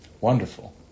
wonderful